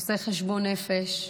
עושה חשבון נפש,